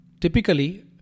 typically